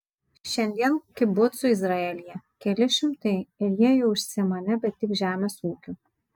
šiandien kibucų izraelyje keli šimtai ir jie jau užsiima nebe tik žemės ūkiu